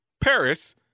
Paris